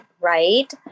right